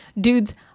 dude's